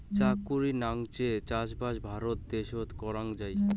চাকুরি নাচেঙ চাষবাস ভারত দ্যাশোতে করাং যাই